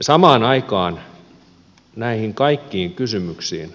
samaan aikaan näihin kaikkiin kysymyksiin